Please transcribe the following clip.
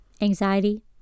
anxiety